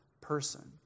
person